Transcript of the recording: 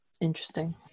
Interesting